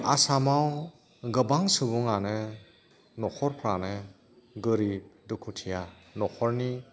आसामाव गोबां सुबुंफ्रानो न'खरफ्रानो गोरिब दुखुथिया न'खरनि